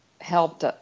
helped